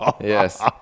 Yes